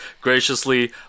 graciously